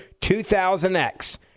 2000X